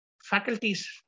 faculties